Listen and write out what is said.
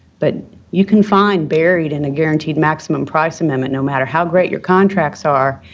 but you can find buried in a guaranteed maximum price amendment, no matter how great your contracts are,